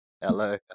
Hello